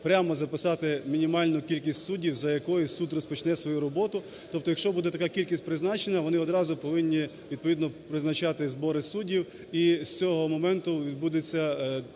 прямо записати мінімальну кількість суддів, за якою суд розпочне свою роботу. Тобто, якщо буде така кількість призначена, вони одразу повинні відповідно призначати збори суддів і з цього моменту відбудеться…